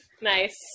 Nice